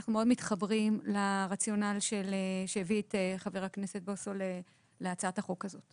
ואנחנו מאוד מתחברים לרציונל שהביא את חבר הכנסת בוסו להצעת החוק הזאת.